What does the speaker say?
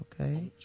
okay